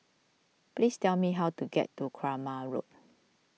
please tell me how to get to Kramat Road